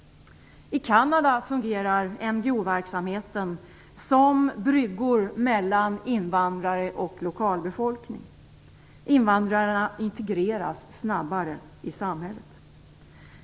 I Kanada fungerar NGO-verksamheten som en brygga mellan invandrare och lokalbefolkningen. Invandrarna integreras snabbare i samhället.